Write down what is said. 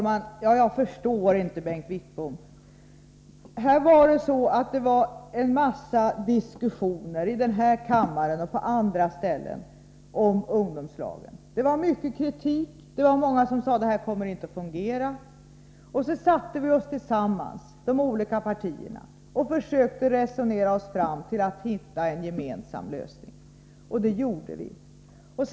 Herr talman! Jag förstår inte Bengt Wittbom. Det fördes en mängd diskussioner här i kammaren och på andra ställen om ungdomslagen. Det förekom mycket kritik. Det var många som sade att detta inte skulle komma att fungera. Då försökte vi i de olika partierna tillsammans resonera oss fram till en gemensam lösning. Det lyckades vi med.